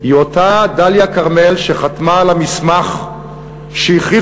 היא אותה דליה כרמל שחתמה על המסמך שהכריחו